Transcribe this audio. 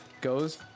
goes